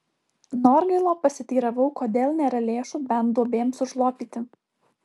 norgailo pasiteiravau kodėl nėra lėšų bent duobėms užlopyti